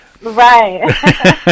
Right